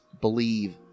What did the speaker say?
believe